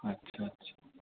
ਅੱਛਾ ਅੱਛਾ